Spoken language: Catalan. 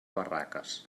barraques